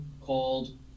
called